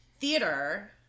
theater